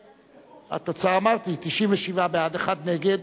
את התוצאה אמרתי: 97 בעד, אחת נגד,